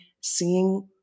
seeing